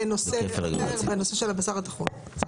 בנושא של הבשר הטחון.